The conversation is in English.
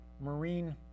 marine